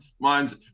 Mine's